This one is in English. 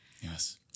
Yes